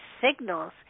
signals